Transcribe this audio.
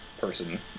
person